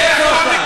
איפה אתה?